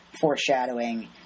foreshadowing